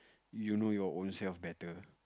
you know your ownself better